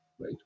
right